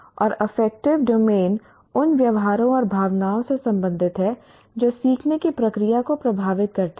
और affective domain उन व्यवहारों और भावनाओं से संबंधित है जो सीखने की प्रक्रिया को प्रभावित करते हैं